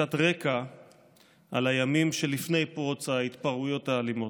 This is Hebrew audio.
קצת רקע על הימים שלפני פרוץ ההתפרעויות האלימות.